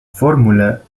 fórmula